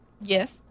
Yes